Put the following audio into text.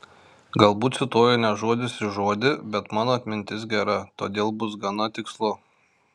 galbūt cituoju ne žodis į žodį bet mano atmintis gera todėl bus gana tikslu